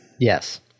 Yes